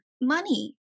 money